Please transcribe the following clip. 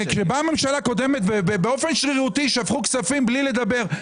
כשבאה ממשלה קודמת ובאופן שרירותי שפכו כספים בלי לדבר,